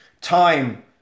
Time